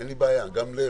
אין לי בעיה, גם לחינוך.